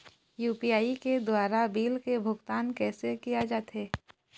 UPI के द्वारा bill के भुगतान कैसे किया जाथे?